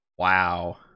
Wow